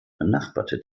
benachbarte